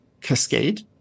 cascade